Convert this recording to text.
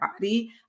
body